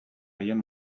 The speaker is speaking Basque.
haien